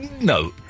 No